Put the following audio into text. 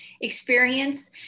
experience